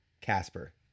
Casper